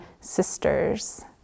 sisters